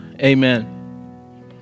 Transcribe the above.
Amen